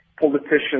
politicians